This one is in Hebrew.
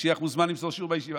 המשיח מוזמן למסור שיעור בישיבה.